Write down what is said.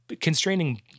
constraining